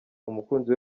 umukunzi